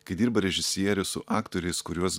kai dirba režisierius su aktoriais kuriuos